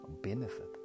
benefit